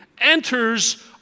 enters